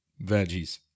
veggies